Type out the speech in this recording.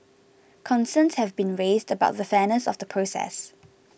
concerns have been raised about the fairness of the process